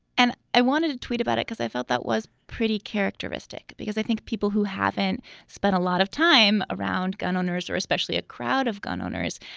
and i wanted to tweet about it because i felt that was pretty characteristic, because i think people who haven't spent a lot of time around gun owners or especially a crowd of gun owners,